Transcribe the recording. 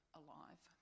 alive